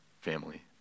family